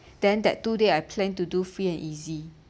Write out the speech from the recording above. then that two day I plan to do free and easy